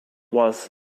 was